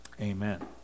Amen